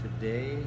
today